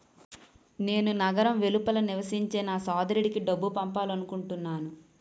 నేను నగరం వెలుపల నివసించే నా సోదరుడికి డబ్బు పంపాలనుకుంటున్నాను